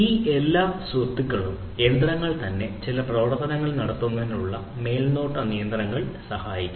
ഈ എല്ലാ സ്വത്തുക്കളും യന്ത്രങ്ങൾ തന്നെ ചില പ്രവർത്തനങ്ങൾ നടത്തുന്നതിനുള്ള മേൽനോട്ട നിയന്ത്രണത്തിൽ സഹായിക്കും